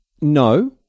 No